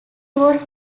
was